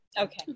Okay